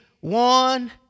one